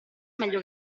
meglio